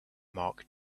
mark